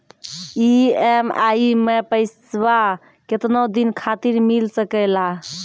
EMI मैं पैसवा केतना दिन खातिर मिल सके ला?